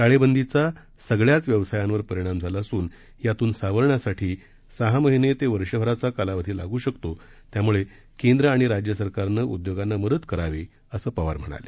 टाळेबंदीचा सगळ्याच व्यवसायावर परिणाम झाला असून यातून सावरण्यासाठी सहा महिने ते वर्षभराचा कालावधी लागू शकतो त्यामुळे केंद्र आणि राज्य सरकारनं उद्योगांना मदत करावी असं पवार म्हणाले